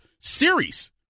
series